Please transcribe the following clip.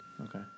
Okay